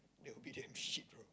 they will be damn shit bro